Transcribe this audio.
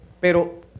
Pero